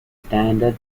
standard